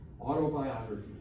autobiography